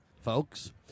folks